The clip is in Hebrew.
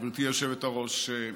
גברתי היושבת-ראש.